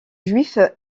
juif